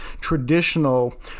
traditional